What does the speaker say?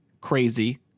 crazy